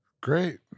great